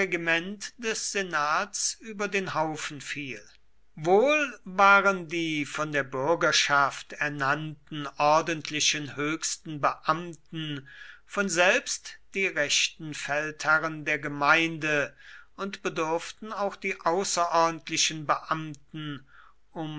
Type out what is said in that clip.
des senats über den haufen fiel wohl waren die von der bürgerschaft ernannten ordentlichen höchsten beamten von selbst die rechten feldherren der gemeinde und bedurften auch die außerordentlichen beamten